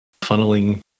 Funneling